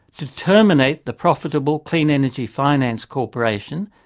to terminate the profitable clean energy finance corporation,